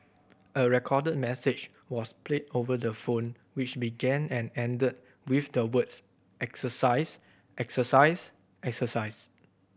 a recorded message was played over the phone which began and ended with the words exercise exercise exercise